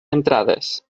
entrades